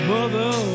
Mother